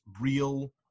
real